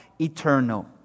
eternal